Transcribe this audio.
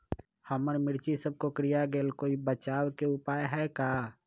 हमर मिर्ची सब कोकररिया गेल कोई बचाव के उपाय है का?